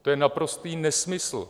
To je naprostý nesmysl.